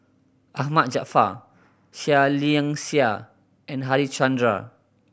Ahmad Jaafar Seah Liang Seah and Harichandra